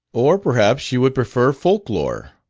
or perhaps you would prefer folk-lore,